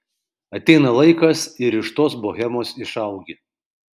ateina laikas ir iš tos bohemos išaugi